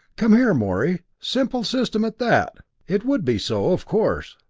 come here, morey simple system at that! it would be so, of course.